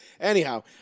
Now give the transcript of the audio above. Anyhow